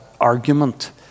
argument